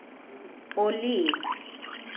অ'লি